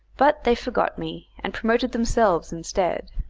but they forgot me, and promoted themselves instead.